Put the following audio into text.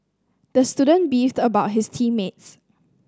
the student beefed about his team mates